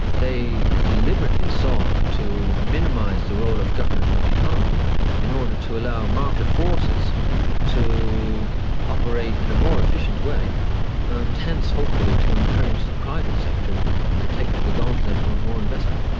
they deliberately sought to minimise the role of government in the economy in order to allow market forces to operate in a more efficient way and hence hopefully to encourage the private sector to take up the gauntlet of more investment.